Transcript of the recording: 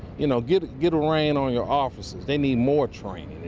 you know get get a rein on your officers, they need more training,